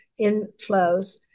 inflows